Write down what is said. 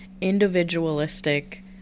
individualistic